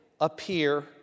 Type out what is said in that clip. appear